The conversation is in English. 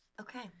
Okay